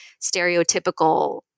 stereotypical